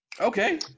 Okay